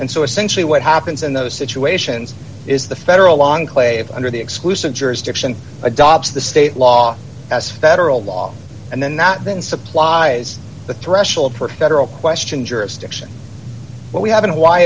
and so essentially what happens in those situations is the federal long clay of under the exclusive jurisdiction adopts the state law as federal law and then not then supplies the threshold for a federal question jurisdiction but we haven't why